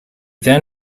then